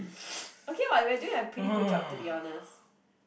okay [what] we're doing a pretty good job to be honest